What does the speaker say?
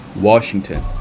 Washington